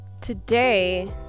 today